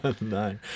No